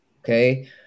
Okay